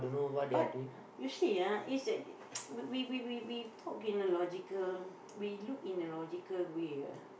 but you see ah is we we we we talk in a logical we look in a logical way ah